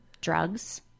drugs